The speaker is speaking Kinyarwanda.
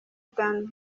than